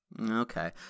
okay